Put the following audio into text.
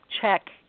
check